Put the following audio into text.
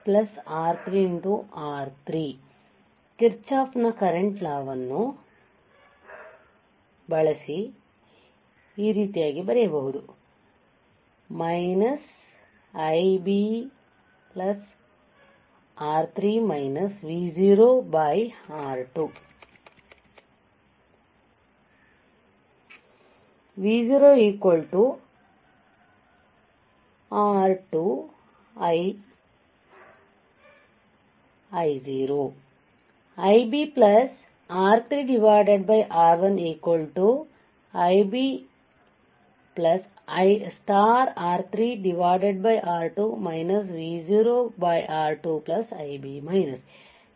Kirchhoff ನ current law ವನ್ನು Kirchhoff's current law Ib R3 VoR2